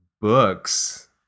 books